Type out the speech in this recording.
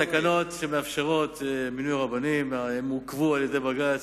התקנות שמאפשרות מינוי רבנים עוכבו על-ידי בג"ץ,